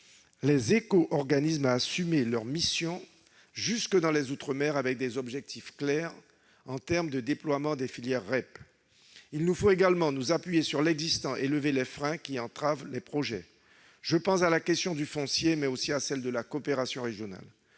-les éco-organismes à assumer leur mission jusque dans les outre-mer, avec des objectifs clairs en termes de déploiement des filières REP. Il nous faut également nous appuyer sur l'existant et lever les freins qui entravent les projets- je pense au foncier, mais aussi à la coopération régionale.